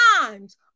times